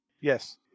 Yes